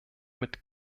mit